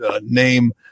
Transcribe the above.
name